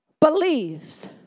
Believes